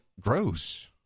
gross